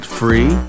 free